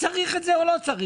צריך את זה או לא צריך את זה?